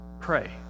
pray